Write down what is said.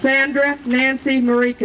sandra nancy marie